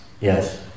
Yes